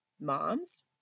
moms